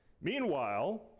Meanwhile